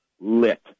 lit